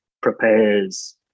prepares